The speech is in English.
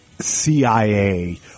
CIA